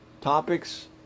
topics